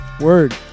Word